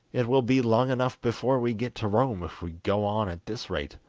it will be long enough before we get to rome if we go on at this rate